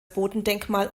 bodendenkmal